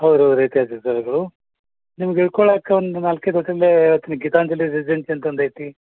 ನಿಮಗೆ ಇಳ್ಕೊಳಕ್ಕೆ ಒಂದು ನಾಲ್ಕು ಐದು ಹೋಟಲ್ ಹೇಳ್ತೀನಿ ಗೀತಾಂಜಲಿ ರೆಸಿಡೆನ್ಸಿ ಅಂತ ಒಂದು ಐತಿ